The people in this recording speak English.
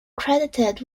credited